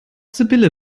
sibylle